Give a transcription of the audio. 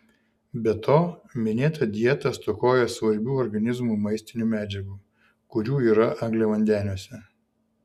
be to minėta dieta stokoja svarbių organizmui maistinių medžiagų kurių yra angliavandeniuose